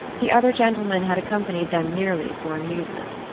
the other gentlemen had accompanied them merely for amusement.